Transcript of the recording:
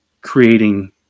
creating